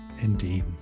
Indeed